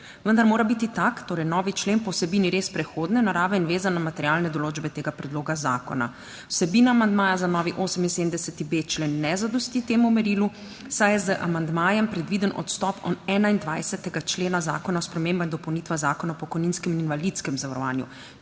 vendar mora biti tak, torej novi člen po vsebini res prehodne narave in vezan na materialne določbe tega predloga zakona. Vsebina amandmaja za novi 78.b člen ne zadosti temu merilu, saj je z amandmajem predviden odstop 21. člena zakona o spremembah in dopolnitvah zakona o pokojninskem in invalidskem zavarovanju.